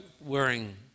wearing